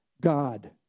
God